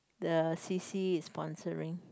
the c_c is sponsoring